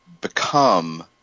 become